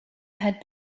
had